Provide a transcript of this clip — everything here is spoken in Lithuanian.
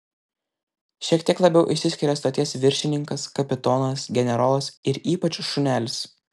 šiek tiek labiau išsiskiria stoties viršininkas kapitonas generolas ir ypač šunelis